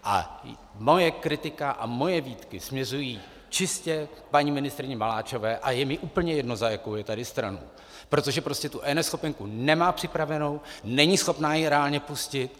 A moje kritika a moje výtky směřují čistě k paní ministryni Maláčové a je mi úplně jedno, za jakou je tady stranu, protože prostě tu eNeschopenku nemá připravenou, není schopná ji reálně pustit.